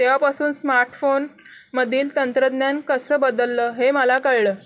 तेव्हापासून स्मार्टफोन मधील तंत्रज्ञान कसं बदललं हे मला कळलं